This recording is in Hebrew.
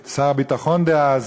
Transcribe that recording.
שהייתה לשר הביטחון דאז,